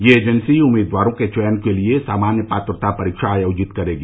यह एजेंसी उम्मीदवारों के चयन के लिए सामान्य पात्रता परीक्षा आयोजित करेगी